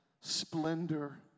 splendor